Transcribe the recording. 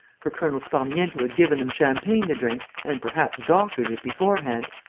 for colonel sparmiento had given them champagne to drink and perhaps doctored it beforehand,